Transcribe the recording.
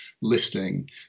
listing